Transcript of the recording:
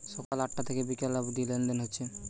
সকাল আটটা থিকে বিকাল অব্দি লেনদেন হচ্ছে